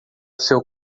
seu